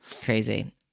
Crazy